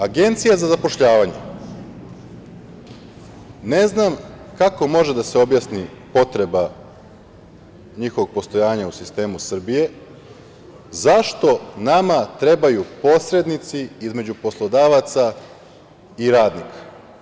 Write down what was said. Agencija za zapošljavanje, ne znam kako može da se objasni potreba njihovog postojanja u sistemu Srbije, zašto nama trebaju posrednici između poslodavaca i radnika.